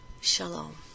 Shalom